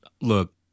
look